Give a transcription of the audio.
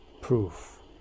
proof